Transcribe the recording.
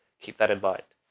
keep that in bite.